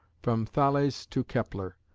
from thales to kepler,